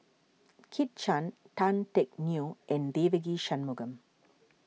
Kit Chan Tan Teck Neo and Devagi Sanmugam